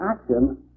action